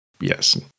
Yes